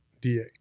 da